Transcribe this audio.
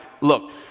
look